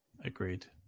Agreed